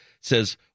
says